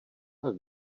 tak